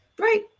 Right